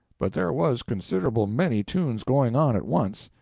but there was considerable many tunes going on at once,